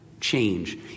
change